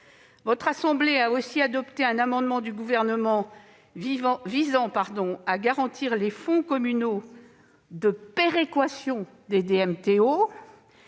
Votre assemblée a aussi adopté un amendement du Gouvernement visant à garantir les fonds communaux de péréquation des DMTO,